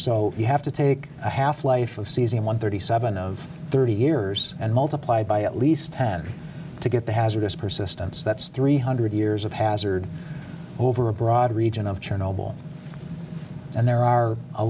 so you have to take a half life of cesium one thirty seven of thirty years and multiply it by at least ten to get the hazardous persistence that's three hundred years of hazard over a broad region of china mobile and there are a